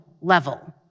level